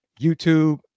YouTube